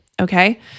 Okay